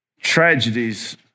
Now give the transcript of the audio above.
Tragedies